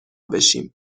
بشیم